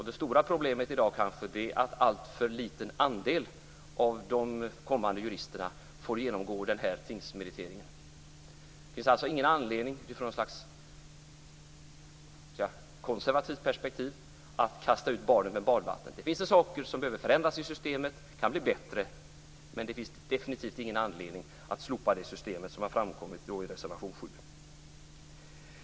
Det stora problemet i dag är kanske att en alltför liten andel av de blivande juristerna får genomgå tingsmeritering. Det finns alltså ingen anledning att utifrån något slags konservativt perspektiv kasta ut barnet med badvattnet. Det finns saker som kan förändras och bli bättre i systemet, men det finns definitivt ingen anledning att slopa det systemet, något som framkommit i reservation 7.